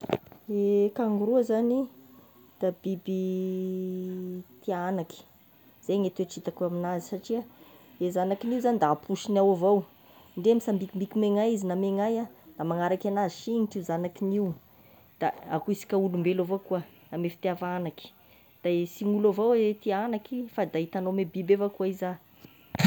E kangoroa zagny, da biby tia agnaky, zeigny e toetry hitako amin'azy satria e zagnakin'io zagny da aposiny ao avao, ndre misambikimbikina megn'aia na megn'aia, da magnaraky anazy sinitry io zagnakin'io, da akoa isika olombelo avao koa ame fitiava agnaky, de sy olo avao tia agnaky, fa da hitagnao biby avy akao iza.